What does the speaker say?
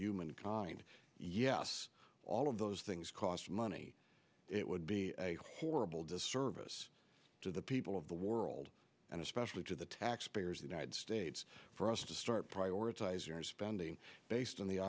human kind yes all of those things cost money it would be a horrible disservice to the people of the world and especially to the taxpayers united states for us to start prioritize your spending based on the